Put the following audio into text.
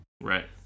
Right